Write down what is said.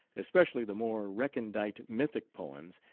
especially tha more recondite mythic poems,